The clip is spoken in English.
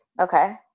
Okay